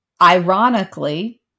Ironically